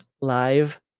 live